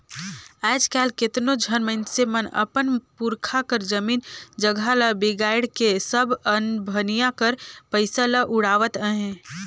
आएज काएल केतनो झन मइनसे मन अपन पुरखा कर जमीन जगहा ल बिगाएड़ के सब अनभनिया कर पइसा ल उड़ावत अहें